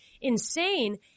insane